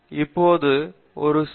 காமகோடி இப்போது ஒரு சி